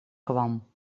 kwam